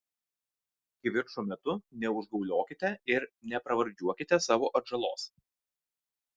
kivirčo metu neužgauliokite ir nepravardžiuokite savo atžalos